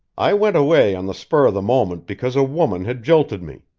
i went away on the spur of the moment because a woman had jilted me.